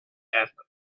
asked